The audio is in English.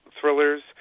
thrillers